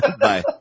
Bye